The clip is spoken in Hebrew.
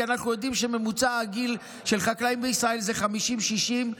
כי אנחנו יודעים שממוצע הגיל של חקלאים בישראל הוא 50 60,